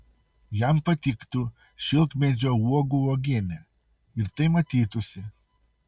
jam patiktų šilkmedžio uogų uogienė ir tai matytųsi